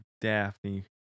Daphne